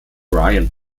ryan